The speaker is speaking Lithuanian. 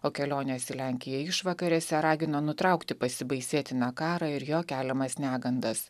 o kelionės į lenkiją išvakarėse ragino nutraukti pasibaisėtiną karą ir jo keliamas negandas